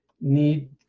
need